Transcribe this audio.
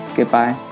goodbye